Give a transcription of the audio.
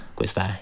questa